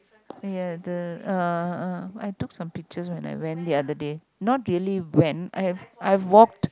ya the uh I took some pictures when I went the other day not really went I've I walked